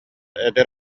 эдэр